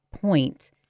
point